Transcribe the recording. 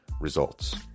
results